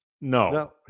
no